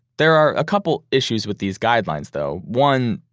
there are a couple issues with these guidelines though. one,